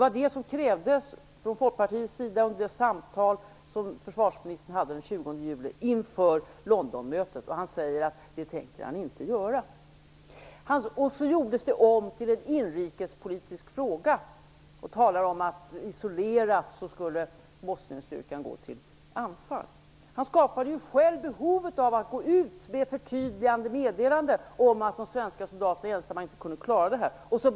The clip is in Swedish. Vi ställde krav från Folkpartiets sida i de samtal med försvarsministern som vi hade den 20 juli inför Londonmötet. Han sade att han inte tänker göra så. Detta gjordes om till en inrikespolitisk fråga. Man talade om att isolera, och så skulle Bosnienstyrkan gå till anfall. Han skapade själv behov av att gå ut med ett förtydligande meddelande om att de svenska soldaterna inte kunde klara av det här ensamma.